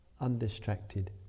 undistracted